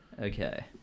okay